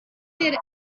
sit